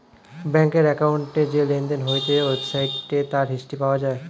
ব্যাংকের অ্যাকাউন্টে যে লেনদেন হয়েছে ওয়েবসাইটে তার হিস্ট্রি পাওয়া যায়